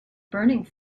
burning